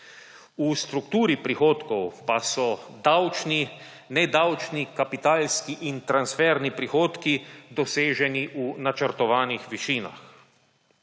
V strukturi prihodkov pa so davčni, nedavčni kapitalski in transferni prihodki doseženi v načrtovanih višinah.